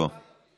בוא.